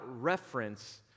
reference